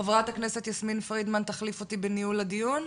חברת הכנסת יסמין פרידמן תחליף אותי בניהול הדיון.